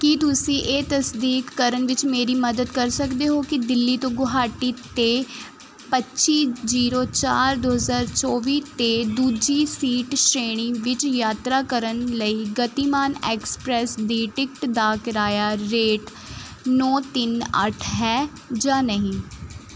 ਕੀ ਤੁਸੀਂ ਇਹ ਤਸਦੀਕ ਕਰਨ ਵਿੱਚ ਮੇਰੀ ਮਦਦ ਕਰ ਸਕਦੇ ਹੋ ਕਿ ਦਿੱਲੀ ਤੋਂ ਗੁਹਾਟੀ 'ਤੇ ਪੱਚੀ ਜ਼ੀਰੋ ਚਾਰ ਦੋ ਹਜ਼ਾਰ ਚੌਵੀ 'ਤੇ ਦੂਜੀ ਸੀਟ ਸ਼੍ਰੇਣੀ ਵਿੱਚ ਯਾਤਰਾ ਕਰਨ ਲਈ ਗਤੀਮਾਨ ਐਕਸਪ੍ਰੈਸ ਦੀ ਟਿਕਟ ਦਾ ਕਿਰਾਇਆ ਰੇਟ ਨੌ ਤਿੰਨ ਅੱਠ ਹੈ ਜਾਂ ਨਹੀਂ